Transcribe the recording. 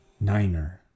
niner